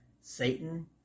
Satan